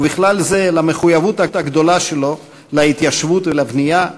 ובכלל זה למחויבות הגדולה שלו להתיישבות ולבנייה,